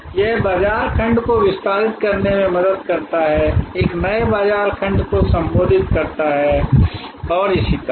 यह बाजार खंड को विस्तारित करने में मदद करता है एक नए बाजार खंड को संबोधित करता है और इसी तरह